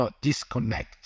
disconnect